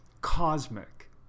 cosmic